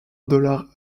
dollar